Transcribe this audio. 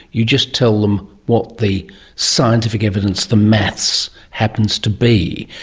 you just tell them what the scientific evidence, the maths happens to be.